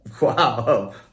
Wow